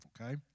okay